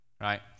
right